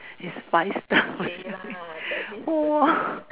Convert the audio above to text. is five star !whoa!